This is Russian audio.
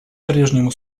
прежнему